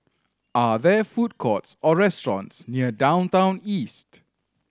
are there food courts or restaurants near Downtown East